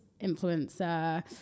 influencer